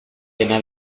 dena